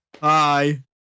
hi